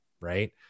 Right